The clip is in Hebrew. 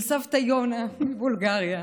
של סבתא יונה מבולגריה,